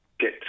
get